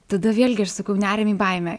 tada vėlgi aš sakau neriam į baimę